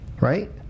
Right